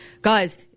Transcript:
guys